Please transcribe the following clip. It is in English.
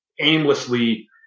aimlessly